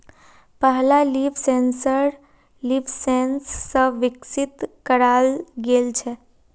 पहला leaf sensor leafsense स विकसित कराल गेल छेक